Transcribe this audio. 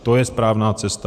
To je správná cesta.